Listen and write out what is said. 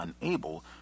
unable